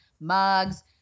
mugs